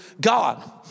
God